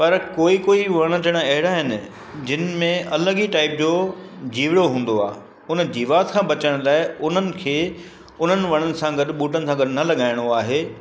पर कोई कोई वण टिण अहिड़ा आहिनि जंहिंमें अलॻि ई टाइप जो जीवड़ो हूंदो आहे हुन जीवात खां बचण लाइ उन्हनि खे उन्हनि वणनि सां गॾु ॿूटनि सां गॾु न लॻइणो आहे